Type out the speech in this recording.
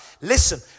Listen